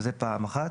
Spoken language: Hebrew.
זו פעם אחת.